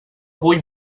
vull